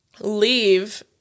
leave